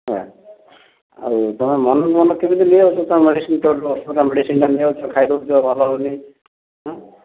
ହେଲା ଆଉ ତୁମେ ମନକୁ ମନ କେମିତି ନେଇଆସୁଛ ତୁମେ ମେଡିସିନ୍ ମେଡିସିନ୍ଟା ନେଇଆସୁଛ ଖାଇଦେଉଛ ଭଲ ହେଉନି ହାଁ